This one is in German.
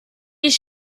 ich